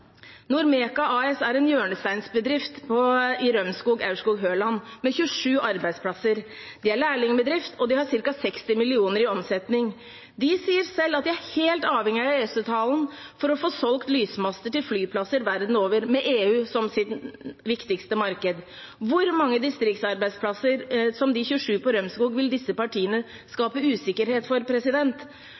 AS er en hjørnesteinsbedrift i Rømskog Aurskog-Høland med 27 arbeidsplasser. Det er en lærlingbedrift, og de har ca. 60 mill. kr i omsetning. De sier selv at de er helt avhengig av EØS-avtalen for å få solgt lysmaster til flyplasser verden over, med EU som sitt viktigste marked. Hvor mange distriktsarbeidsplasser, som de 27 på Rømskog, vil disse partiene skape usikkerhet for?